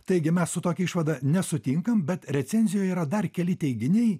taigi mes su tokia išvada nesutinkam bet recenzijoj yra dar keli teiginiai